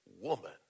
woman